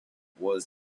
was